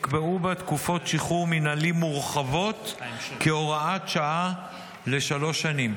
תקופות שחרור מינהלי מורחבות כהוראת שעה לשלוש שנים.